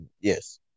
Yes